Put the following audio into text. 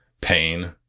pain